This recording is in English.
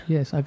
Yes